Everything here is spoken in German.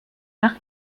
nach